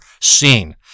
seen